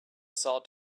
salt